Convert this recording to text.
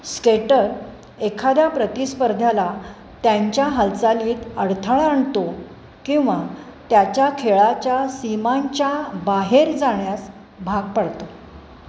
skater एखाद्या प्रतिस्पर्धाला त्यांच्या हालचालीत अडथळा आणतो किंवा त्याच्या खेळाच्या सीमांच्या बाहेर जाण्यास भाग पाडतो